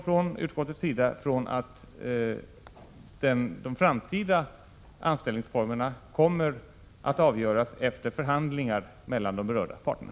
Från utskottets sida utgår vi från att de framtida anställningsformerna kommer att avgöras efter förhandlingar mellan de berörda parterna.